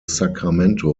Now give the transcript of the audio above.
sacramento